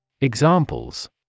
Examples